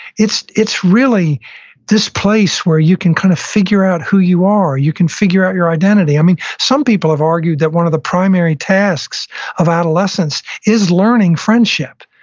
it's it's really this place where you can kind of figure out who you are. you can figure out your identity. i mean, some people have argued that one of the primary tasks of adolescence is learning friendship,